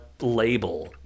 label